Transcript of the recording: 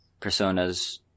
personas